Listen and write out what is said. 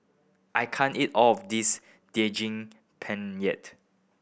I can't eat all of this Daging Penyet